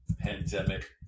Pandemic